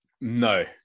No